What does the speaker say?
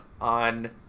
on